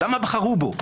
למה בחרו בו?